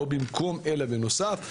לא במקום אלא בנוסף.